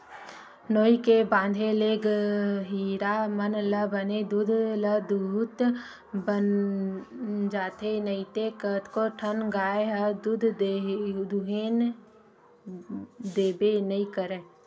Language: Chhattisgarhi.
नोई के बांधे ले गहिरा मन ल बने दूद ल दूहूत बन जाथे नइते कतको ठन गाय ह दूद दूहने देबे नइ करय